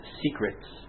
secrets